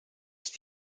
ist